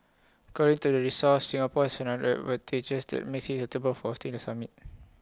according to the source Singapore has another advantages that makes IT suitable for hosting the summit